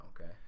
okay